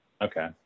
Okay